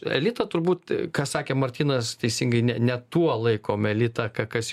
elitą turbūt ką sakė martynas teisingai ne ne tuo laikom elitą ką kas